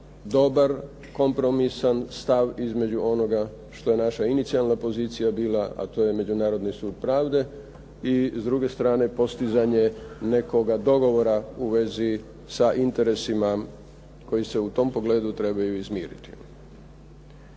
dobar, kompromisan stav između onoga što je naša inicijalna pozicija bila, a to je Međunarodni sud pravde i s druge strane postizanje nekoga dogovora u vezi sa interesima koji se u tom pogledu trebaju izmiriti.